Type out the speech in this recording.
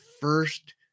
first